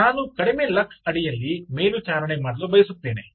ನಾನು ಕಡಿಮೆ ಲಕ್ಸ್ ಅಡಿಯಲ್ಲಿ ಮೇಲ್ವಿಚಾರಣೆ ಮಾಡಲು ಬಯಸುತ್ತೇನೆ